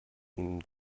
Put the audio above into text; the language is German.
ihm